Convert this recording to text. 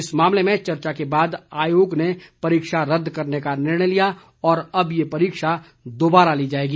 इस मामले में चर्चा के बाद आयोग ने परीक्षा रद्द करने का निर्णय लिया और अब ये परीक्षा दोबारा ली जाएगी